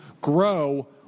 grow